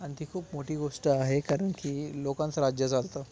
आणि ती खूप मोठी गोष्ट आहे कारण की लोकांचं राज्य चालतं